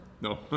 No